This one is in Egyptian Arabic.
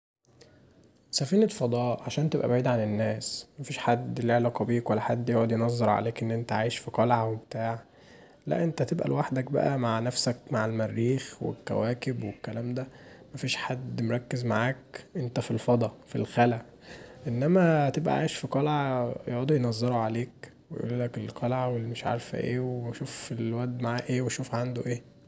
سفينة فضاء عشان تبقي بعيده ات الناس، محدش ليه علاقه بيك ولا حد يقعد ينظر عليك ان انت عايش في قلعه وبتاع لا انت تبقي لوحدك بقي مع نفسك مع المريخ والكواكب والكلام دا، مفيش حد مركز معاك، انت في الفضا، في الخلا، انما تبقي عايش في قلعه يقعدوا ينظروا عليك ويقولولك القلعه والمش عارفه ايه شوف الواد معاه ايه وعنده ايه.